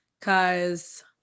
Cause